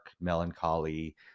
melancholy